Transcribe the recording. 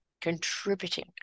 contributing